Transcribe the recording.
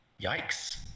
Yikes